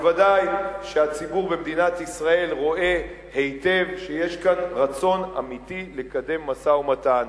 ודאי שהציבור במדינת ישראל רואה היטב שיש כאן רצון אמיתי לקדם משא-ומתן.